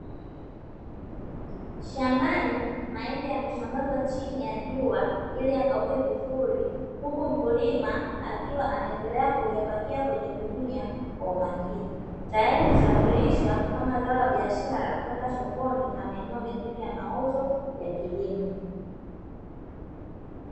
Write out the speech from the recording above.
Shambani mahindi yamesambazwa chini ya jua ili yakauke vizuri, huku mkulima akiwa anaendelea kuyapakia kwenye gunia kwa umakini. Tayari kusafirishwa kama zao la biashara kwenda sokoni na maeneo mengine ya mauzo ya kilimo.